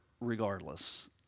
regardless